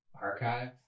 archive